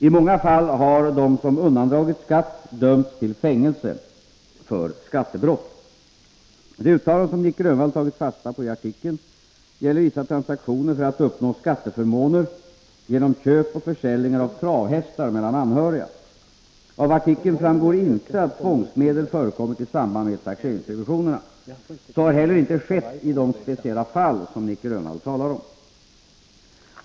I många fall har de som undandragit skatt dömts till fängelse för skattebrott. Det uttalande som Nic Grönvall tagit fasta på i artikeln gäller vissa transaktioner för att uppnå skatteförmåner genom köp och försäljningar av travhästar mellan anhöriga. Av artikeln framgår inte att tvångsmedel förekommit i samband med taxeringsrevisionerna. Så har heller inte skett i de speciella fall som Nic Grönvall talar om.